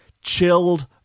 Chilled